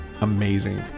amazing